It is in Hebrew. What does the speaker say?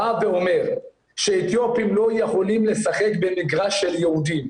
בא ואומר שאתיופים לא יכולים לשחק במגרש של יהודים,